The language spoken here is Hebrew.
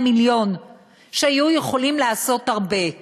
והיו יכולים לעשות הרבה.